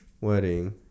Wedding